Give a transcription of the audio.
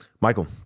Michael